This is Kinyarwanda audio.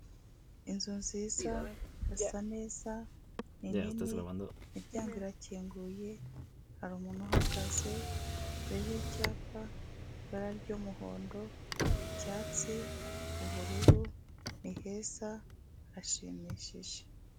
Inzu nziza, irasa neza, ni nini, imiryango irakinguye, hari umuntu uhagaze, hariho icyapa, ibara ry'umuhondo, icyatsi, ubururu, ni heza, hashimishije.